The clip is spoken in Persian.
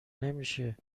نمیشه